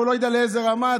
או לא יודע לאיזה רמה,